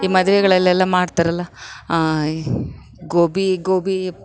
ಈ ಮದುವೆಗಳಲ್ಲೆಲ್ಲ ಮಾಡ್ತಾರಲ್ಲ ಗೋಬಿ ಗೋಬಿ